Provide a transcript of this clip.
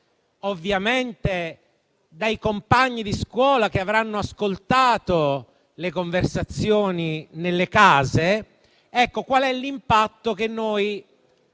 ovviamente dai compagni di scuola che avranno ascoltato le conversazioni nelle case. Qual è l'impatto che noi, anzi,